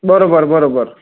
बरोबर बरोबर